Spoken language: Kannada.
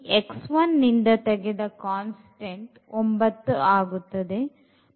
x1 ಇಂದ ತೆಗೆದ constant 9 ಆಗುತ್ತದೆ